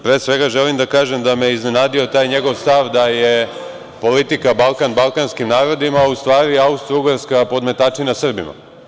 Pre svega želim da kažem da me iznenadio taj njegov stav da je politika Balkan balkanskim narodima, a u stvari Austrougarska podmetačina Srbima.